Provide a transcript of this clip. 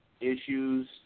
issues